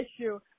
issue